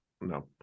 no